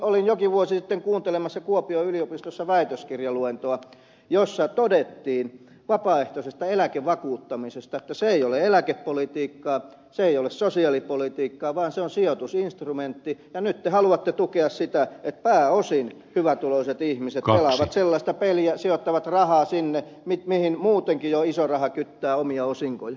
olin jokin vuosi sitten kuuntelemassa kuopion yliopistossa väitöskirjaluentoa jossa todettiin vapaaehtoisesta eläkevakuuttamisesta että se ei ole eläkepolitiikkaa se ei ole sosiaalipolitiikkaa vaan se on sijoitusinstrumentti ja nyt te haluatte tukea sitä että pääosin hyvätuloiset ihmiset pelaavat sellaista peliä sijoittavat rahaa sinne missä muutenkin jo iso raha kyttää omia osinkoja